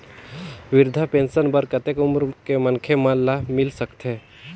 वृद्धा पेंशन बर कतेक उम्र के मनखे मन ल मिल सकथे?